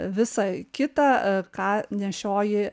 visą kitą ką nešioji